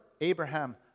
Abraham